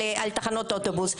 על תחנות אוטובוס.